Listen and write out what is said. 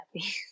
happy